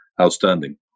outstanding